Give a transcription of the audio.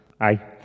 Aye